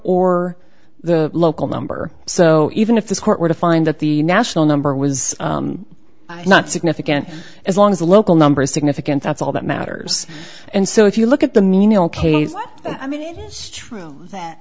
or the local number so even if this court were to find that the national number was not significant as long as the local number is significant that's all that matters and so if you look at the menial case i mean it is true that